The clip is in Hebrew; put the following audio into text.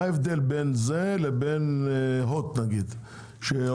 מה ההבדל בין זה לבין הוט, למשל?